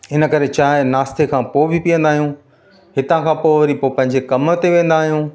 हिनकरे चाहिं नास्ते खां पोइ बी पीअंदा आहियूं हितां खां पोइ वरी पोइ पंहिंजे कम ते वेंदा आहियूं